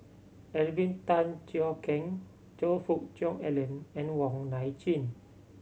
Alvin Tan Cheong Kheng Choe Fook Cheong Alan and Wong Nai Chin